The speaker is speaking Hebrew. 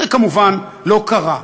זה כמובן לא קרה.